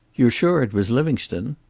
you're sure it was livingstone?